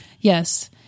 Yes